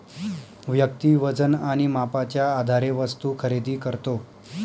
व्यक्ती वजन आणि मापाच्या आधारे वस्तू खरेदी करतो